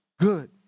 good